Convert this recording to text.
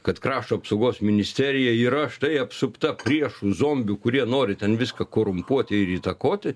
kad krašto apsaugos ministerija yra štai apsupta priešų zombių kurie nori ten viską korumpuoti ir įtakoti